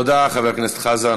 תודה, חבר הכנסת חזן.